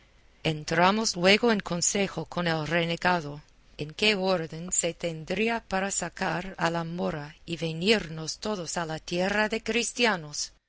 entramos luego en consejo con el renegado en qué orden se tendría para sacar a la mora y venirnos todos a tierra de cristianos